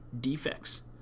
defects